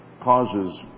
causes